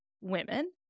women